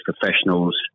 professionals